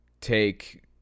take